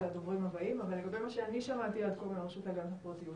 הדוברים הבאים אבל לגבי מה שאני שמעתי עד כה מהרשות להגנת הפרטיות,